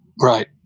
right